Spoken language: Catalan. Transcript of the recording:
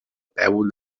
peu